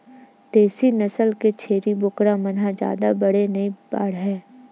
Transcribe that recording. देसी नसल के छेरी बोकरा मन ह जादा बड़े नइ बाड़हय